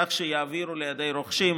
כך שיעביר לידי הרוכשים,